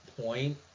point